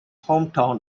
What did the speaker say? hometown